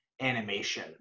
animation